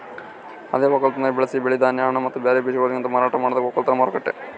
ಅದೇ ಒಕ್ಕಲತನದಾಗ್ ಬೆಳಸಿ ಬೆಳಿ, ಧಾನ್ಯ, ಹಣ್ಣ ಮತ್ತ ಬ್ಯಾರೆ ಬೀಜಗೊಳಲಿಂತ್ ಮಾರಾಟ ಮಾಡದಕ್ ಒಕ್ಕಲತನ ಮಾರುಕಟ್ಟೆ